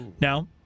Now